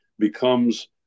becomes